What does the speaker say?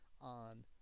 on